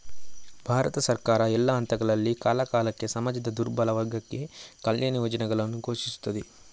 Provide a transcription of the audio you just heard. ಭಾರತ ಸರ್ಕಾರ, ಎಲ್ಲಾ ಹಂತಗಳಲ್ಲಿ, ಕಾಲಕಾಲಕ್ಕೆ ಸಮಾಜದ ದುರ್ಬಲ ವರ್ಗಕ್ಕೆ ಕಲ್ಯಾಣ ಯೋಜನೆಗಳನ್ನು ಘೋಷಿಸುತ್ತದೆ